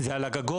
זה על הגגות,